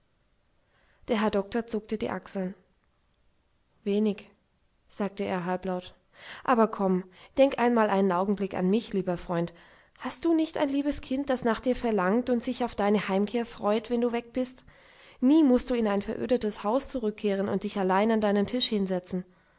der herr doktor zuckte die achseln wenig sagte er halblaut aber komm denk einmal einen augenblick an mich lieber freund hast du nicht ein liebes kind das nach dir verlangt und sich auf deine heimkehr freut wenn du weg bist nie mußt du in ein verödetes haus zurückkehren und dich allein an deinen tisch hinsetzen